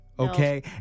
Okay